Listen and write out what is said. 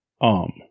arm